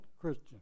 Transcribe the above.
Christian